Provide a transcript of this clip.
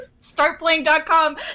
startplaying.com